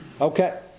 Okay